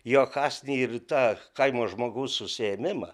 jo kąsnį ir tą kaimo žmogaus užsiėmimą